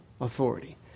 authority